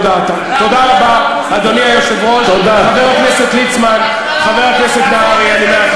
ידעו חברות וחברי הכנסת מן הספסלים אשר